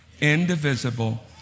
indivisible